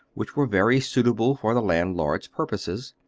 which were very suitable for the landlord's purposes.